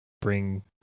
bring